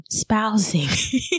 spousing